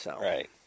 Right